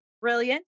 brilliant